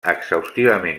exhaustivament